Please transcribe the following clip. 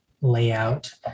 layout